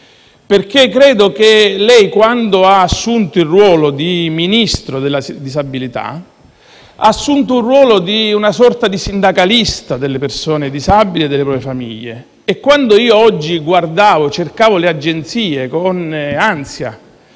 perché credo che lei, quando ha assunto la carica di Ministro della disabilità, ha assunto il ruolo di una sorta di sindacalista delle persone disabili e delle loro famiglie. Oggi guardavo le agenzie con ansia